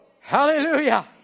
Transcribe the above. Hallelujah